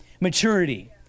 maturity